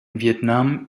vietnam